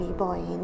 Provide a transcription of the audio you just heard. boy